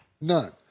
None